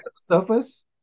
surface